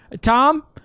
Tom